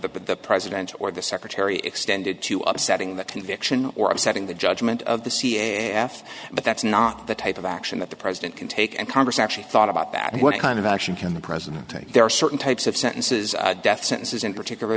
the president or the secretary extended to of setting that conviction or upsetting the judgment of the c f but that's not the type of action that the president can take and congress actually thought about that and what kind of action can the president take there are certain types of sentences death sentences in particular